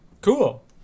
cool